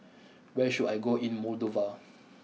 where should I go in Moldova